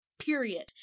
Period